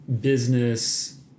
business